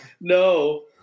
No